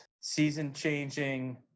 season-changing